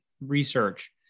research